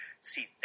See